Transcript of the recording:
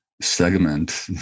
segment